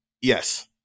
Yes